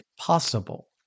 possible